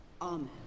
Amen